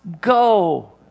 go